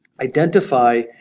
identify